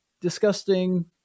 disgusting